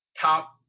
top